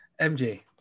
MJ